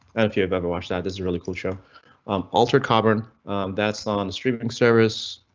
and if you've ever watched that, this is really cool. show um altered carbon that's on the streaming service.